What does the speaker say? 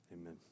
amen